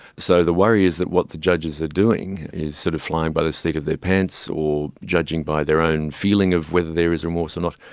so the worry is that what the judges are doing is sort of flying by the seat of their pants or judging by their own feeling of whether there is remorse or not.